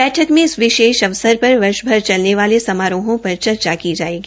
बैठक में इस विशेष अवसर पर वर्ष भर चलने वाले समारोहों पर चर्चा की जायेगी